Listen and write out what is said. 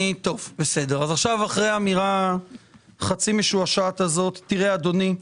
אחרי אמירה חצי משועשעת הזאת אדוני,